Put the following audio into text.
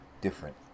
different